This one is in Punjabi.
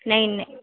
ਨਹੀਂ ਨਹੀਂ